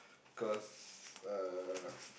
cause uh